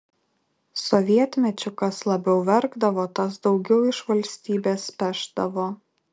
sovietmečiu kas labiau verkdavo tas daugiau iš valstybės pešdavo